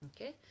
Okay